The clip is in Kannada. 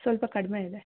ಸ್ವಲ್ಪ ಕಡಿಮೆ ಇದೆ